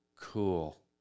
cool